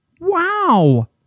Wow